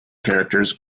characters